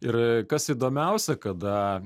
ir kas įdomiausia kada